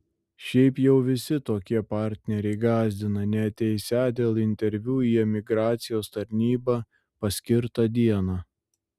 šiaip jau visi tokie partneriai gąsdina neateisią dėl interviu į emigracijos tarnybą paskirtą dieną